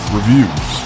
Reviews